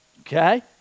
Okay